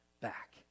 back